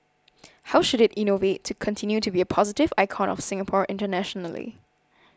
how should it innovate to continue to be a positive icon of Singapore internationally